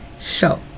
show